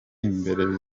imbere